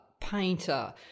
painter